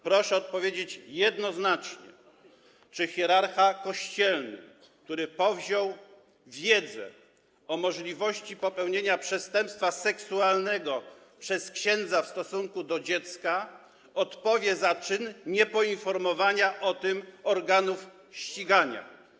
Proszę odpowiedzieć jednoznacznie: Czy hierarcha kościelny, który powziął wiedzę o możliwości popełnienia przestępstwa seksualnego przez księdza w stosunku do dziecka, odpowie za czyn niepoinformowania o tym organów ścigania?